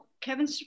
Kevin